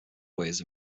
ways